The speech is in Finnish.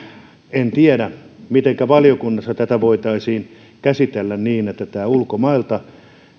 en tiedä mitenkä valiokunnassa tätä voitaisiin käsitellä niin että estettäisiin tätä ulkomailta